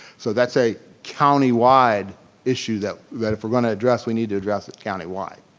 so that's a county wide issue that that if we're gonna address, we need to address it county wide.